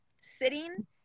sitting